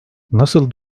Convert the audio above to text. nasıl